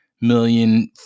million